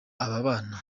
ababana